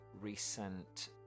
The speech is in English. recent